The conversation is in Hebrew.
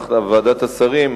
ועדת השרים,